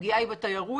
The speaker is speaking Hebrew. הפגיעה היא בתיירות,